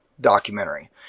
documentary